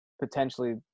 potentially